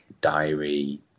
diary